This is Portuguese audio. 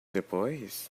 depois